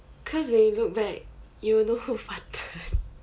cause when you look back you will know who farted